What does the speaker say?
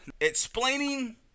Explaining